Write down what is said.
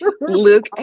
Luke